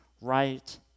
Right